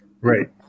right